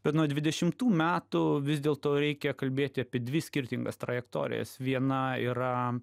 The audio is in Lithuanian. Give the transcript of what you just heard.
bet nuo dvidešimtų metų vis dėlto reikia kalbėti apie dvi skirtingas trajektorijas viena yra